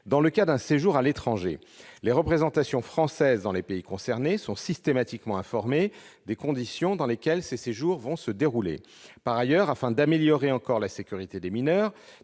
Dans le cas d'un séjour à l'étranger, les représentations françaises dans les pays concernés sont systématiquement informées des conditions dans lesquelles ces séjours vont se dérouler. Par ailleurs, afin d'améliorer encore la sécurité des mineurs